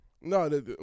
No